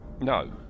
No